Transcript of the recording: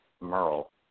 Merle